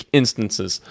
instances